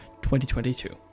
2022